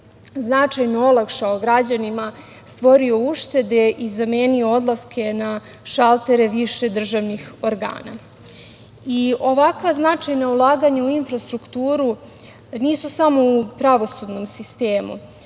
značajno olakšao građanima, stvorio uštede i zamenio odlaske na šaltere više državnih organa. Ovakva značajna ulaganja u infrastrukturu nisu samo u pravosudnom sistemu,